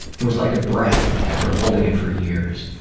it was like a breath after holding it for years.